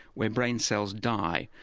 where brain cells die,